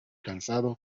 cansado